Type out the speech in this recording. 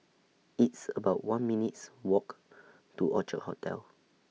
It's about one minutes' Walk to Orchard Hotel